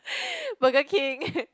Burger King